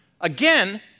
Again